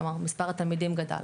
כלומר מספר התלמידים גדל,